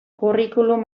curriculum